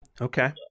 Okay